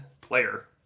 player